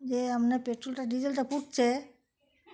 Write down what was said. যে আপনার পেট্রোলটা ডিজেল টা পুড়ছে